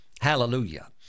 hallelujah